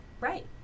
Right